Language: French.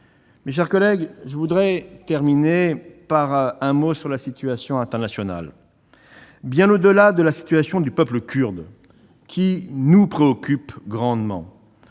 Mes chers collègues, je conclurai par un mot sur la situation internationale, bien au-delà de celle du peuple kurde, qui nous préoccupe grandement.